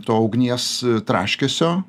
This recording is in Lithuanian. to ugnies traškesio